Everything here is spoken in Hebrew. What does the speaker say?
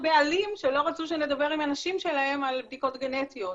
הבעלים שלא רצו שנדבר עם הנשים שלהם על בדיקות גנטיות,